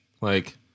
Like-